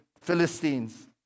Philistines